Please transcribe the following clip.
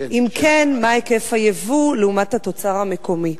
אם כן, מה היקף היבוא לעומת התוצר המקומי?